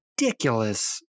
ridiculous